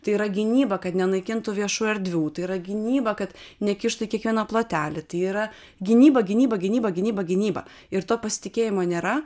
tai yra gynyba kad nenaikintų viešų erdvių tai yra gynyba kad nekištų į kiekvieną plotelį tai yra gynyba gynyba gynyba gynyba gynyba ir to pasitikėjimo nėra